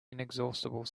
inexhaustible